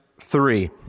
three